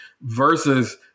versus